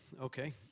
okay